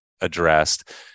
addressed